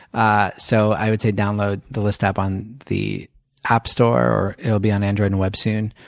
ah so i would say download the list app on the app store or it'll be on android and web, soon.